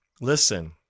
Listen